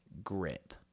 grip